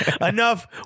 Enough